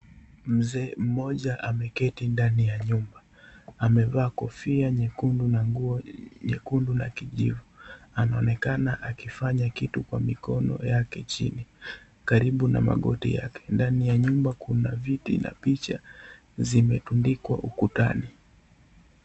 Mzee mmoja ameketi ndani ya nyumba. Amevaa kofia nyekundu na nguo nyekundu na kijivu. Anaonekana akifanya kitu kwa mikono yake chini karibu na magoti yake. Ndani ya nyumba kuna viti na picha zimetundikwa ukutani.